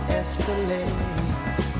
escalate